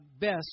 best